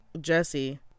Jesse